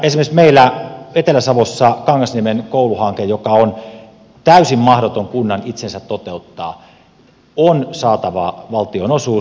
esimerkiksi meillä etelä savossa kangasniemen kouluhankkeeseen joka on täysin mahdoton kunnan itsensä toteuttaa on saatava valtionosuus